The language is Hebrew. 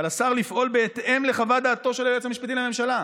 "על השר לפעול בהתאם לחוות דעת היועץ המשפטי לממשלה".